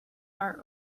are